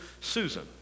Susan